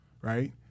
right